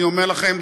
אני אומר לכם,